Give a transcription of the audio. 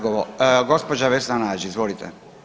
Gospođa Vesna Nađ, izvolite.